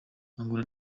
angola